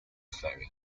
ferry